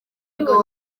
abagabo